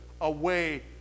away